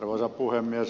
arvoisa puhemies